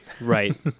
right